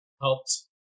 helped